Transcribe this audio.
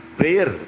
prayer